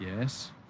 Yes